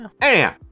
anyhow